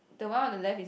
the one on the left is